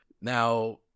Now